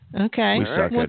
Okay